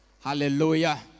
Hallelujah